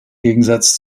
gegensatz